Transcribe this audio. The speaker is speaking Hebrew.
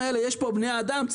יש פה בני אדם מאחורי המספרים האלה,